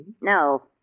No